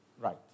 Right